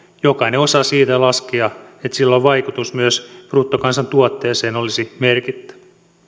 jokainen osaa siitä laskea että silloin vaikutus myös bruttokansantuotteeseen olisi merkittävä